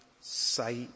sight